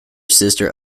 sister